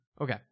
Okay